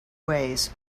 ways